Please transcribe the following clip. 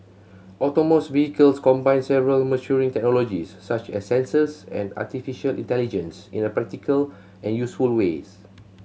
autonomous vehicles combine several maturing technologies such as sensors and artificial intelligence in a practical and useful ways